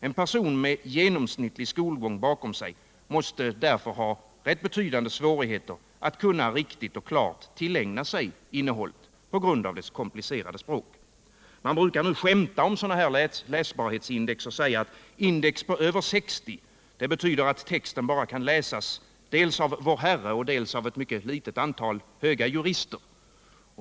En person med genomsnittlig skolgång bakom sig måste därför ha betydande svårigheter att riktigt tillägna sig innehållet på grund av det komplicerade språket. Man brukar skämta om läsbarhetsindex och säga att index på över 60 betyder att texten bara kan läsas dels av Vår Herre, dels av ett mycket litet antal höga jurister.